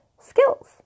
skills